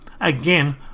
Again